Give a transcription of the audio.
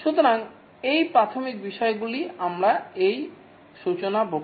সুতরাং এই প্রাথমিক বিষয়গুলি আমরা এই সূচনা বক্তৃতায় আলোচনা করব